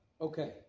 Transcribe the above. Okay